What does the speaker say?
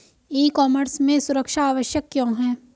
ई commerce में सुरक्षा आवश्यक क्यों है?